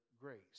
grace